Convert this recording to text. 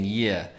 year